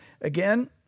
Again